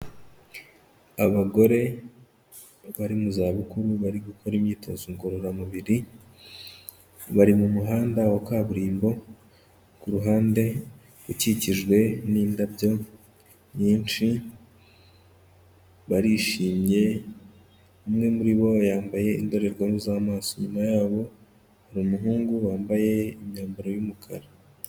Abagore bari mu zabukuru bari gukora imyitozo ngororamubiri, bari mu muhanda wa kaburimbo, ku ruhande ukikijwe n'indabyo nyinshi, barishimye, umwe muri bo yambaye indorerwamo z'amaso, inyuma yabo hari umuhungu wambaye imyambaro y'umukara.